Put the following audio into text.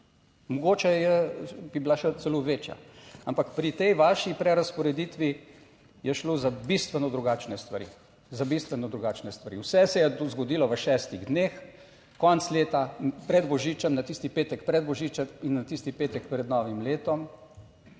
Mogoče bi bila še celo večja, ampak pri tej vaši prerazporeditvi. Je šlo za bistveno drugačne stvari, za bistveno drugačne stvari. Vse se je zgodilo v šestih dneh. Konec leta, pred božičem, na tisti petek pred božičem in na tisti petek pred novim letom,